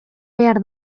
behar